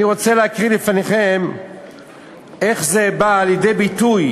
אני רוצה להקריא לפניכם איך זה בא לידי ביטוי